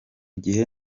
gihe